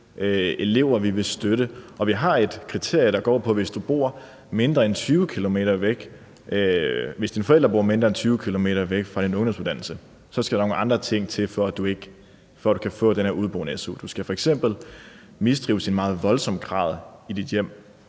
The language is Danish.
elever vi vil støtte. Og vi har et kriterie, der går på, at hvis dine forældre bor mindre end 20 km væk fra din ungdomsuddannelse, skal der nogle andre ting til, for at du kan få den her udeboende-su. Du skal f.eks. mistrives i meget voldsom grad i dit hjem.